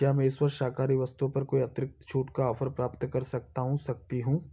क्या मैं इस वर्ष शाकाहारी वस्तुओं पर कोई अतिरिक्त छूट का ऑफर प्राप्त कर सकता हूँ सकती हूँ